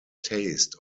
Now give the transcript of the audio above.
taste